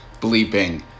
bleeping